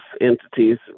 entities